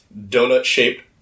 donut-shaped